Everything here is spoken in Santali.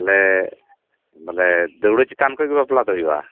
ᱛᱟᱦᱚᱞᱮ ᱵᱚᱞᱮ ᱫᱟᱹᱣᱲᱟᱹ ᱪᱮᱛᱟᱱ ᱠᱷᱚᱡ ᱜᱮ ᱵᱟᱯᱞᱟ ᱫᱟᱲᱮᱭᱟᱜᱼᱟ